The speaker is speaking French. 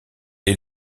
est